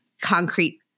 concrete